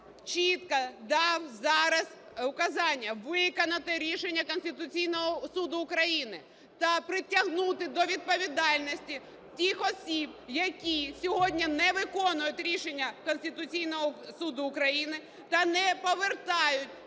чітко дав зараз указания виконати рішення Конституційного Суду України та притягнути до відповідальності тих осіб, які сьогодні не виконують рішення Конституційного Суду України та не повертають